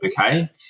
okay